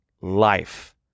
life